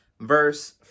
verse